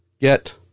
get